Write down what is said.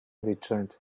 returned